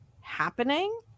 happening